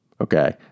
Okay